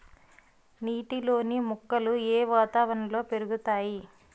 నీటిలోని మొక్కలు ఏ వాతావరణంలో పెరుగుతాయి?